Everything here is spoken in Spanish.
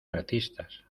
artistas